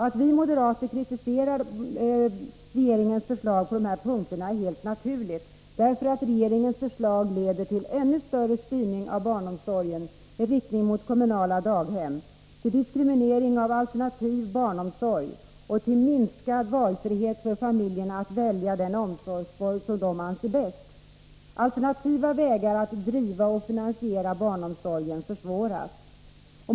Att vi moderater kritiserar regeringens förslag på dessa punkter är helt naturligt. Regeringens förslag leder till ännu större styrning av barnomsorgen i riktning mot kommunala daghem, till diskriminering av alternativ barnomsorg och till minskad valfrihet för familjerna att välja den omsorgsform de anser bäst. Alternativa vägar att driva och finansiera barnomsorgen försvåras.